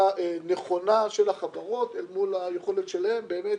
נכונה של החברות אל מול היכולת שלהן באמת